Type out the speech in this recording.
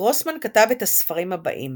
גרוסמן כתב את הספרים הבאים